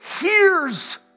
hears